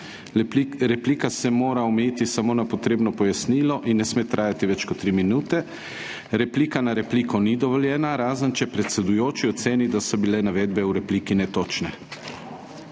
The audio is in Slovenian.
»Replika se mora omejiti samo na potrebno pojasnilo in ne sme trajati več kot 3 minute. Replika na repliko ni dovoljena, razen če predsedujoči oceni, da so bile navedbe v repliki netočne.«